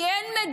כי אין מדינה.